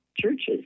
churches